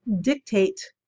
dictate